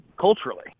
culturally